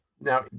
Now